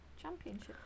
Championship